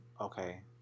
okay